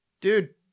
Dude